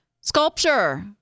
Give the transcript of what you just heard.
sculpture